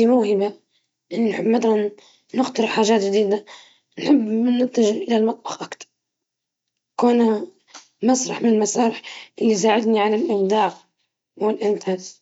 أو الموسيقى، أشعر أن هذه الأنشطة تساعدني على الاستمتاع بوقتي بشكل جيد.